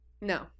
No